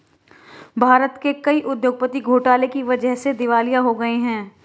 भारत के कई उद्योगपति घोटाले की वजह से दिवालिया हो गए हैं